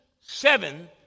seven